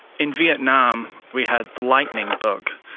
in vietnam we had the lightning bug,